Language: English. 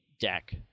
deck